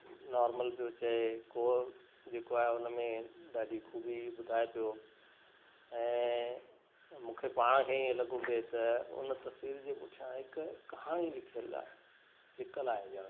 normal पियो चए को जे को आहे हुन में ॾाढी ख़ूबी ॿुधाए पियो ऐं मूंखे पाण खे इयं लॻो पे त हुन तस्वीर जे पुठियां हिकु कहाणी लिखियल आहे लिकल आहे ॼणु